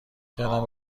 کردم